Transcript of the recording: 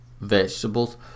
vegetables